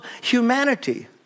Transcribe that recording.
humanity